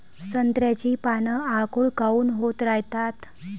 संत्र्याची पान आखूड काऊन होत रायतात?